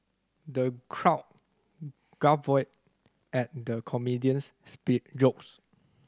the crowd guffawed at the comedian's speak jokes